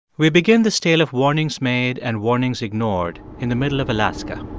we begin this tale of warnings made and warnings ignored in the middle of alaska.